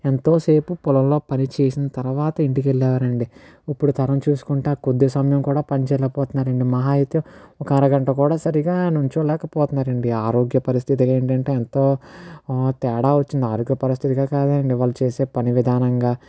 ఎంతోసేపు పొలంలో పనిచేసిన తర్వాత ఇంటికి వెళ్ళారండి ఇప్పుడు తరం చూసుకుంటే కొద్ది సమయం కూడా పనిచేయలేకపోతున్నారు అండి మహా అయితే ఒక అరగంట కూడా సరిగా నించోలేకపోతున్నారు అండి ఆరోగ్య పరిస్థితులు ఏంటంటే ఎంతో తేడా వచ్చింది ఆరోగ్య పరిస్థితులు కాదండి వాళ్ళు చేసే పని విధానం